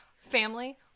family